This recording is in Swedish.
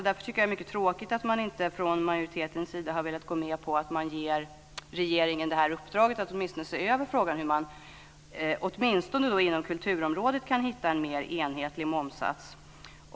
Därför tycker jag att det är mycket tråkigt att majoriteten inte har velat gå med på att ge regeringen uppdraget att se över frågan hur man åtminstone inom kulturområdet kan hitta en mer enhetlig momssats.